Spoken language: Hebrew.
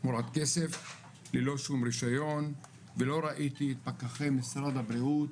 תמורת כסף ללא שום רישיון ולא ראיתי פקחי משרד הבריאות